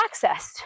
accessed